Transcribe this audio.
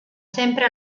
sempre